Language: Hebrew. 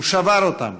הוא שבר אותם,